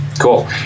Cool